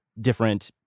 different